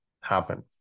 happen